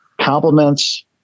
compliments